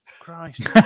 Christ